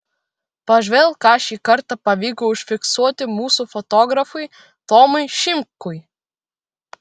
pažvelk ką šį kartą pavyko užfiksuoti mūsų fotografui tomui šimkui